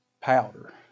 powder